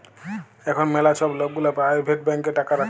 এখল ম্যালা ছব লক গুলা পারাইভেট ব্যাংকে টাকা রাখে